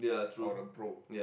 or a bro